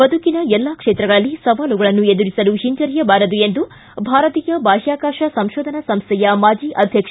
ಬದುಕಿನ ಎಲ್ಲಾ ಕ್ಷೇತ್ರಗಳಲ್ಲಿ ಸವಾಲುಗಳನ್ನು ಎದುರಿಸಲು ಹಿಂಜರಿಯಬೇಡಿ ಎಂದು ಭಾರತೀಯ ಬಾಹ್ಕಾಕಾಶ ಸಂಶೋಧನಾ ಸಂಸ್ಥೆಯ ಮಾಜಿ ಅಧ್ಯಕ್ಷ